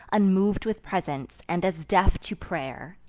unmov'd with presents, and as deaf to pray'r.